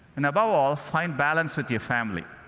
and, above all, find balance with your family.